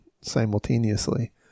simultaneously